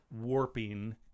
warping